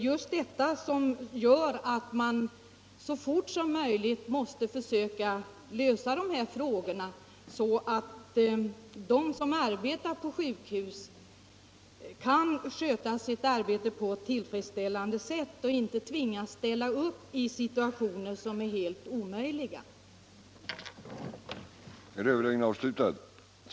Just detta gör att man så fort som möjligt måste lösa dessa frågor så att de som arbetar på sjukhus kan sköta sitt arbete på ett tillfredsställande sätt och inte tvingas att ställa upp på villkor som är helt otillfredsställande.